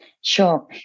Sure